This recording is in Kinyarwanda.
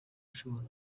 ishoboka